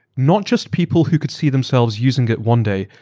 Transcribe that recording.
not just people who could see themselves using it one day,